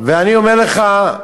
אני אומר לך,